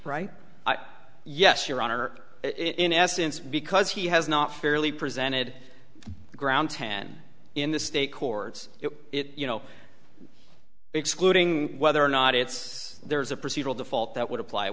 right yes your honor in essence because he has not fairly presented ground ten in the state courts it you know excluding whether or not it's there is a procedural default that would apply it